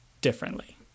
Differently